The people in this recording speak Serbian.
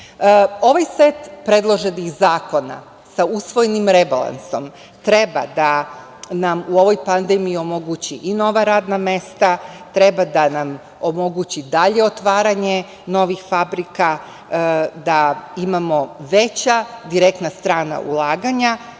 set predloženih zakona, sa usvojenim rebalansom, treba da nam u ovoj pandemiji omogući i nova radna mesta, treba da nam omogući dalje otvaranje novih fabrika, da imamo veća direktna strana ulaganja. Smatram